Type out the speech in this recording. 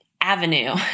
avenue